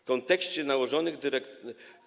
W kontekście nałożonych